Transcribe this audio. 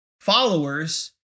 followers